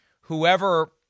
whoever